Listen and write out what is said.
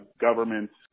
governments